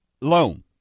loan